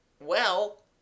Well